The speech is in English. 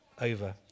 over